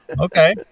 Okay